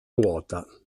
ruota